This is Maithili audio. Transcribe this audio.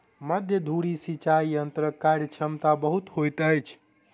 मध्य धुरी सिचाई यंत्रक कार्यक्षमता बहुत होइत अछि